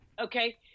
Okay